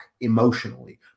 emotionally